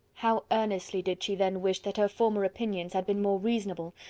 how earnestly did she then wish that her former opinions had been more reasonable,